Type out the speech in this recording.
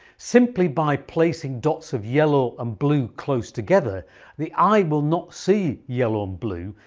simply, by placing dots of yellow and blue close together the eye will not see yellow and blue,